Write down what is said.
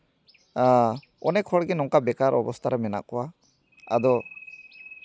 ᱮ ᱚᱱᱮᱠ ᱦᱚᱲᱜᱮ ᱱᱚᱝᱠᱟ ᱵᱮᱠᱟᱨ ᱚᱵᱚᱥᱛᱷᱟ ᱨᱮ ᱢᱮᱱᱟᱜ ᱠᱚᱣᱟ ᱟᱫᱚ